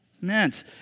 meant